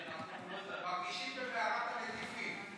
מרגישים במערת הנטיפים.